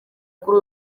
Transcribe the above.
kuri